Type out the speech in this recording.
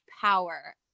power